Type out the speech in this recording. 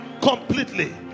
completely